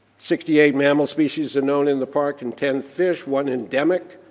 sixty-eight mammal species are known in the park and ten fish, one endemic.